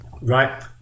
Right